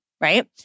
right